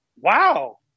Wow